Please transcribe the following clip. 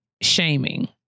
shaming